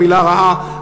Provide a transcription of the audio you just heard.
מילה רעה.